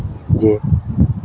ᱡᱮ